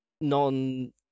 non